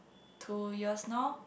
two years now